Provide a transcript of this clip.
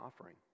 offering